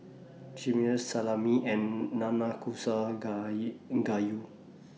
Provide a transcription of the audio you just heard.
Chimichangas Salami and Nanakusa Gayu